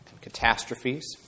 catastrophes